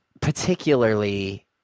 particularly